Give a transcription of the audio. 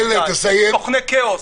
סוכני כאוס,